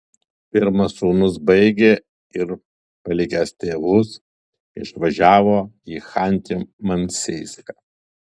pirmas sūnus baigė ir palikęs tėvus išvažiavo į chanty mansijską